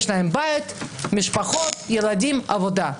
יש להם בית, משפחות, ילדים, עבודה.